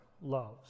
loves